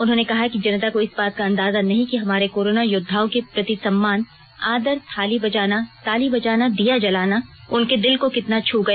उन्होंने कहा कि जनता को इस बात का अंदाजा नहीं कि हमारे कोरोना योद्वाओं के प्रति सम्मान आदर थाली बजाना ताली बजाना दीया जलाना उनके दिल को कितना छू गया